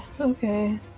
Okay